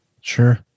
Sure